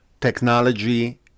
technology